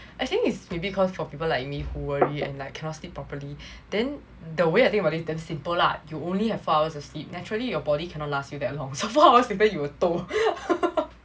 I think maybe it's cause for people like me who worry and like cannot sleep properly then the way I think about this is damn simple lah you only have four hours of sleep naturally your body cannot last you that long so four hours later will toh